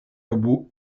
robots